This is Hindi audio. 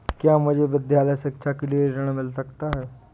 क्या मुझे विद्यालय शिक्षा के लिए ऋण मिल सकता है?